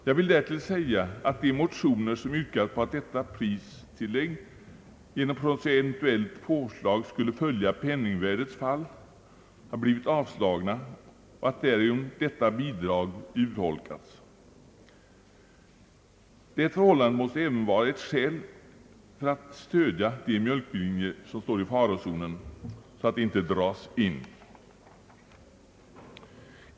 Jag vill därtill säga att de motioner som yrkat på att detta pristillägg genom procentuellt påslag skulle följa penningvärdets fall har avslagits och att därigenom detta bidrag urholkats. Det förhållandet måste även vara ett skäl för att stödja de mjölkbillinjer som står i farozonen att dras in.